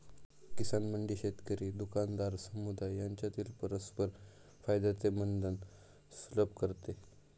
किसान मंडी शेतकरी, दुकानदार, समुदाय यांच्यातील परस्पर फायद्याचे बंधन सुलभ करते